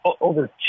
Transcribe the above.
over